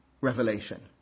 revelation